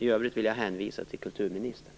I övrigt vill jag hänvisa till kulturministern.